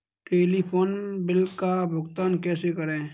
Telephone bill का भुगतान कैसे करें?